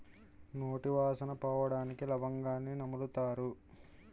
నోటి వాసన పోవడానికి లవంగాన్ని నములుతారు